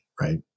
right